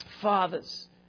fathers